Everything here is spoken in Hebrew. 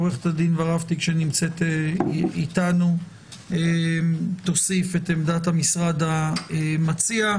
עו"ד ורהפטיג שנמצאת אתנו תוסיף את עמדת המשרד המציע.